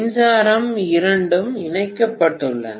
மின்சாரம் இரண்டும் இணைக்கப்பட்டுள்ளன